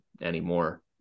anymore